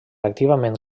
activament